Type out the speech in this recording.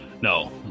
No